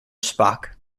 spock